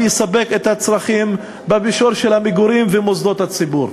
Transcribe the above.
ויספק את הצרכים במישור של המגורים ומוסדות הציבור.